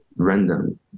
Random